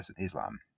Islam